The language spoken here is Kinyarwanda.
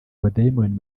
abadayimoni